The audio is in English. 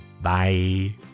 Bye